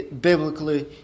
biblically